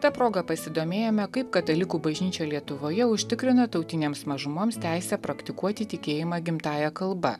ta proga pasidomėjome kaip katalikų bažnyčia lietuvoje užtikrina tautinėms mažumoms teisę praktikuoti tikėjimą gimtąja kalba